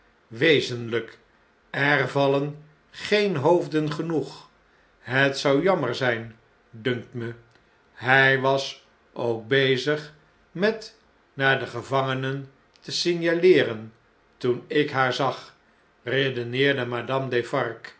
wezenln'k er vallen geen hoofden genoeg het zou jammer zgn dunkt me hy was ook bezig met naar de gevangenen te signaleeren toen ik haar zag redeneerde mar